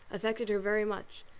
affected her very much.